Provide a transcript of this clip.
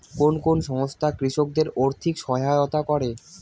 কোন কোন সংস্থা কৃষকদের আর্থিক সহায়তা করে?